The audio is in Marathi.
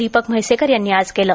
दीपक म्हैसेकर यांनी आज केलं